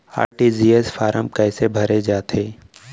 RTGS form कइसे भरे जाथे?